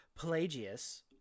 Pelagius